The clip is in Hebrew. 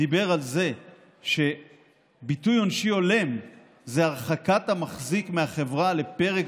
דיבר על זה שביטוי עונשי הולם זה הרחקת המחזיק מהחברה לפרק